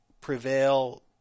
prevail